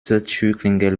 türklingel